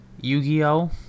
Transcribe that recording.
Yu-Gi-Oh